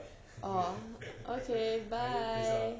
orh okay bye